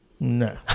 No